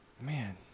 Man